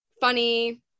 funny